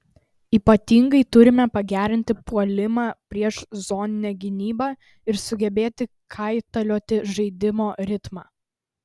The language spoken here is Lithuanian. ypatingai turime pagerinti puolimą prieš zoninę gynybą ir sugebėti kaitalioti žaidimo ritmą